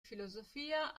filosofia